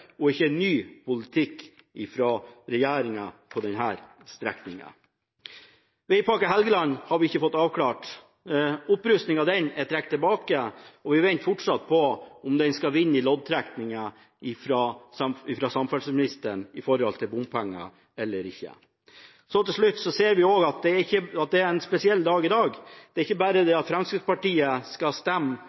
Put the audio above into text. og ikke en ny politikk fra regjeringen når det gjelder denne strekningen. Vegpakke Helgeland har vi ikke fått avklart. Opprustning av den er trukket tilbake, og vi venter fortsatt på om den skal vinne i loddtrekningen fra samferdselsministeren om bompenger eller ikke. Til slutt: Vi ser også at det er en spesiell dag i dag. Det er ikke bare det at Fremskrittspartiet skal stemme